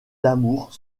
d’amour